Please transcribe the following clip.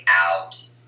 out